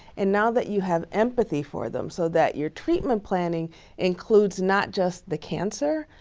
and now that you have empathy for them so that your treatment planning includes not just the cancer,